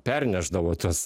pernešdavo tuos